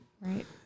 Right